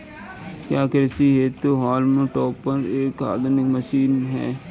क्या कृषि हेतु हॉल्म टॉपर एक आधुनिक कुशल मशीन है?